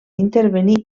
intervenir